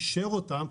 אישר אותן,